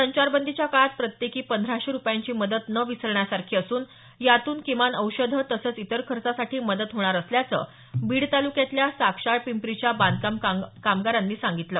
संचारबंदीच्या काळात प्रत्येकी पंधराशे रुपयांची मदत न विसरण्यासारखी असून यातून किमान औषध तसंच इतर खर्चासाठी मदत होणार असल्याचं बीड तालुक्यातल्या साक्षाळपिंप्रीच्या बांधकाम कामगारांनी सांगितलं